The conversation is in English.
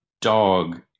dog